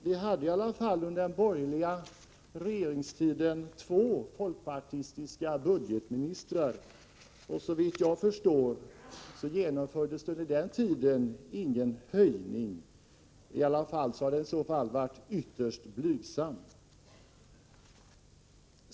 Vi hade under den borgerliga regeringstiden i alla fall två folkpartistiska budgetministrar. Såvitt jag förstår genomfördes under den tiden ingen höjning —i så fall var den ytterst blygsam.